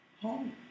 Home